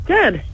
Good